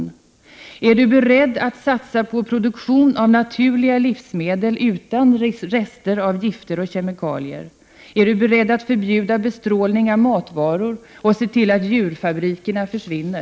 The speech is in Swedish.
Är Birgitta Dahl beredd att satsa på produktion av naturliga livsmedel utan rester av gifter och kemikalier, att förbjuda bestrålning av matvaror och att se till att djurfabrikerna försvinner?